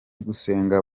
gusenga